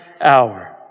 hour